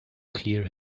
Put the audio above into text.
clear